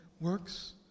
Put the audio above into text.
works